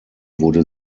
wurde